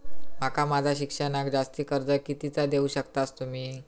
माका माझा शिक्षणाक जास्ती कर्ज कितीचा देऊ शकतास तुम्ही?